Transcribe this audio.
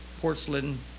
porcelain